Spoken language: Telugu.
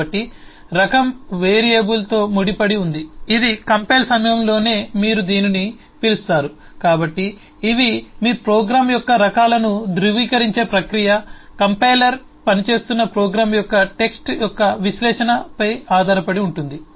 కాబట్టి రకం వేరియబుల్తో ముడిపడి ఉంది ఇది కంపైల్ సమయంలోనే మీరు దీనిని పిలుస్తారు కాబట్టి ఇవి మీ ప్రోగ్రామ్ యొక్క రకాలను ధృవీకరించే ప్రక్రియ కంపైలర్ పనిచేస్తున్న ప్రోగ్రామ్ యొక్క టెక్స్ట్ యొక్క విశ్లేషణపై ఆధారపడి ఉంటుంది